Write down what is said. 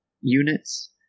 units